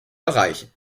erreichen